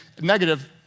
negative